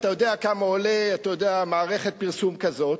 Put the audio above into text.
אתה יודע כמה עולה מערכת פרסום כזאת,